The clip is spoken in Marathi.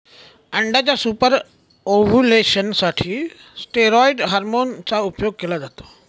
अंड्याच्या सुपर ओव्युलेशन साठी स्टेरॉईड हॉर्मोन चा उपयोग केला जातो